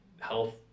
health